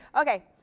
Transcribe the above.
Okay